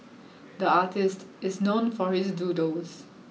the artist is known for his doodles